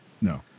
no